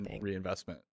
reinvestment